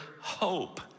hope